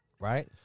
Right